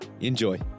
Enjoy